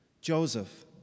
Joseph